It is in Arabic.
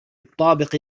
الطابق